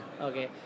Okay